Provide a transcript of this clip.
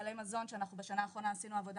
סלי מזון שבשנה האחרונה עשינו עבודה